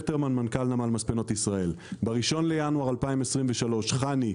ב-1 בינואר 2023 חנ"י,